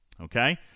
Okay